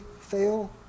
fail